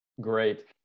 Great